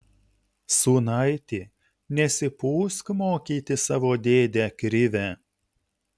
sūnaiti nesipūsk mokyti savo dėdę krivę